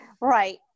Right